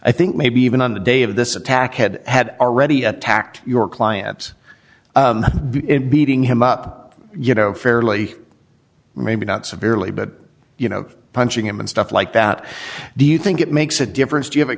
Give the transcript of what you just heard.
i think maybe even on the day of this attack had had already at tact your clients beating him up you know fairly maybe not severely but you know punching him and stuff like that do you think it makes a difference to have a